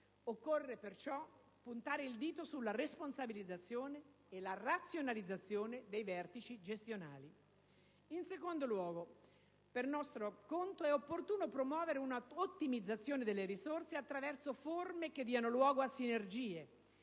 Occorre perciò puntare il dito sulla responsabilizzazione e la razionalizzazione dei vertici gestionali. In secondo luogo, per nostro conto è opportuno promuovere un'ottimizzazione delle risorse attraverso forme che diano luogo a sinergie,